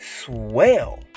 swell